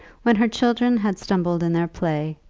when her children had stumbled in their play,